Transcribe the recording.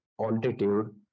altitude